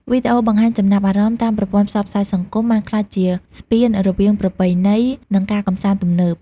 វីដេអូបង្ហាញចំណាប់អារម្មណ៍តាមប្រព័ន្ធផ្សព្វផ្សាយសង្គមបានក្លាយជាស្ពានរវាងប្រពៃណី និងការកម្សាន្តទំនើប។